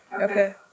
Okay